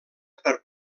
per